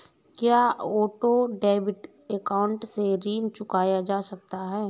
क्या auto debit account से ऋण चुकाया जा सकता है?